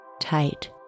Tight